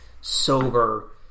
sober